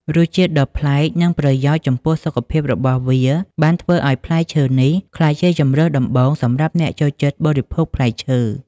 រសជាតិដ៏ប្លែក និងប្រយោជន៍ចំពោះសុខភាពរបស់វាបានធ្វើឲ្យផ្លែឈើនេះក្លាយជាជម្រើសដំបូងសម្រាប់អ្នកចូលចិត្តបរិភោគផ្លែឈើ។